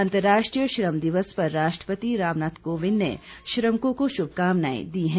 अंतर्राष्ट्रीय श्रम दिवस पर राष्ट्रपति रामनाथ कोविंद ने श्रमिकों को शुभकामनाए दी हैं